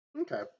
Okay